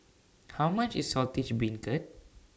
How much IS Saltish Beancurd